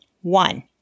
one